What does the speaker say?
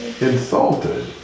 Insulted